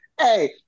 Hey